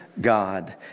God